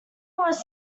was